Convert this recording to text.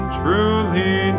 truly